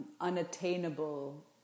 unattainable